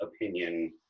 opinion